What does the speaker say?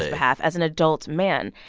ah behalf as an adult man.